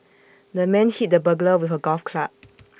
the man hit the burglar with A golf club